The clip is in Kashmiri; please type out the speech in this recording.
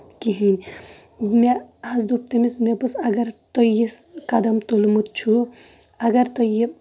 کِہینۍ مےٚ حظ دیُت تٔمِس مےٚ دوٚپُس اَگر تُہۍ یژھ قدم تُلمُت چھُو اَگر تُہۍ یہِ